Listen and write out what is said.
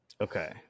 Okay